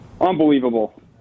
Unbelievable